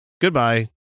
Goodbye